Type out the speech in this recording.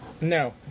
No